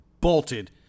bolted